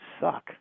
suck